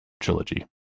trilogy